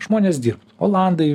žmonės dirbtų olandai